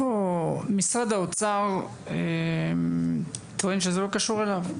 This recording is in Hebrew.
משרד האוצר טוען שזה לא קשור אליו.